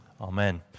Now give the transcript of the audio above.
Amen